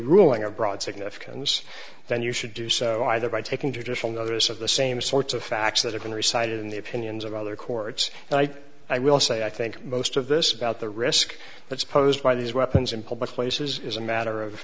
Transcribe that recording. ruling of broad significance then you should do so either by taking judicial notice of the same sorts of facts that i can recite in the opinions of other courts and i i will say i think most of this about the risk that's posed by these weapons in public places is a matter of